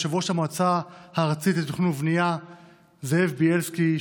יושב-ראש המועצה הארצית לתכנון ובנייה זאב בילסקי,